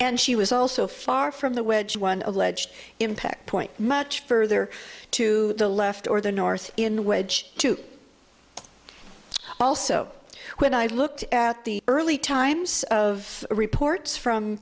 and she was also far from the wedge one alleged impact point much further to the left or the north in the wedge to also when i looked at the early times of reports from